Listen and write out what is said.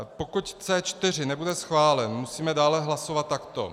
Pokud C4 nebude schválen, musíme dále hlasovat takto.